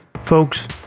Folks